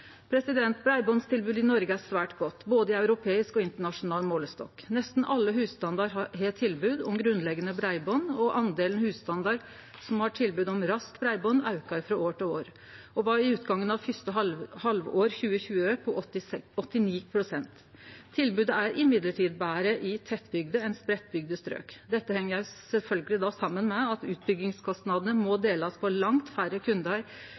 er svært godt, både i europeisk og internasjonal målestokk. Nesten alle husstandar har tilbod om grunnleggjande breiband, og andelen husstandar som har tilbod om raskt breiband, aukar frå år til år og var ved utgangen av første halvår 2020 på 89 pst. Tilbodet er likevel betre i tettbygde enn i spreitt bygde strøk. Dette heng sjølvsagt saman med at utbyggingskostnadene må delast på langt færre